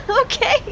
Okay